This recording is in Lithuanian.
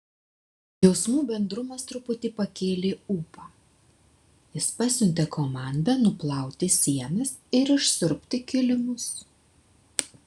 jausmų bendrumas truputį pakėlė ūpą jis pasiuntė komandą nuplauti sienas ir išsiurbti kilimus